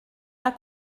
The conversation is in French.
pas